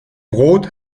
brot